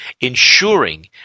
ensuring